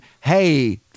Hey